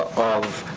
of